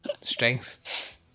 strength